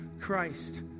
Christ